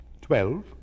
Twelve